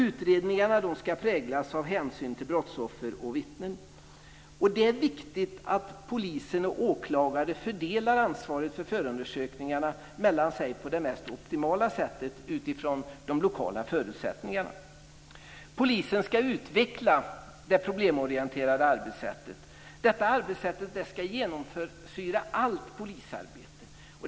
Utredningarna ska präglas av hänsyn till brottsoffer och vittnen. Det är viktigt att polis och åklagare fördelar ansvaret för förundersökningarna mellan sig på det mest optimala sättet utifrån de lokala förutsättningarna. Polisen ska utveckla det problemorienterade arbetssättet. Detta arbetssätt ska genomsyra allt polisarbete.